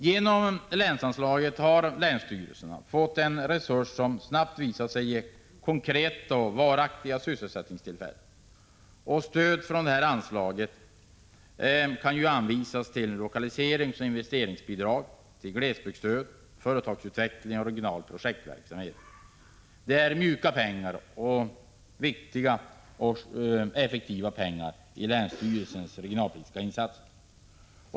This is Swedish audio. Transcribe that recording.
Genom länsanslaget har länsstyrelserna fått en resurs som snabbt visat sig ge konkreta och varaktiga sysselsättningstillfällen. Stöd från detta anslag kan ju anvisas till lokaliseringsoch investeringsbidrag, glesbygdsstöd, företagsutveckling och regional projektverksamhet. Det är ”mjuka” pengar i länsstyrelsernas regionalpolitiska insatser.